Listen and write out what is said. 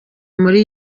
muri